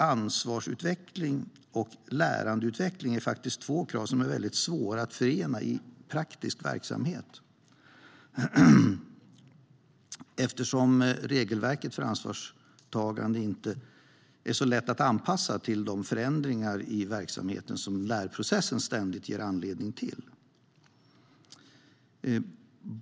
Ansvarsutveckling och lärandeutveckling är två krav som är väldigt svåra att förena i praktisk verksamhet eftersom regelverket för ansvarstagande inte är så lätt att anpassa till de förändringar i verksamheten som lärprocessen ständigt ger anledning till.